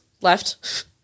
left